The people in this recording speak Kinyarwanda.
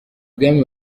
ibwami